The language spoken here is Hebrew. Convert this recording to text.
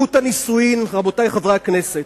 רבותי חברי הכנסת,